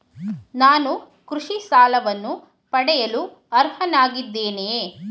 ನಾನು ಕೃಷಿ ಸಾಲವನ್ನು ಪಡೆಯಲು ಅರ್ಹನಾಗಿದ್ದೇನೆಯೇ?